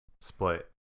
Split